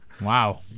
Wow